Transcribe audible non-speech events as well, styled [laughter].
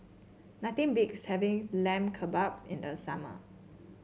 nothing [unintelligible] having Lamb Kebab in the summer